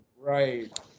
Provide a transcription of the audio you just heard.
right